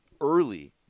early